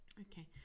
Okay